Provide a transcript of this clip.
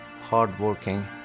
hardworking